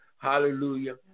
Hallelujah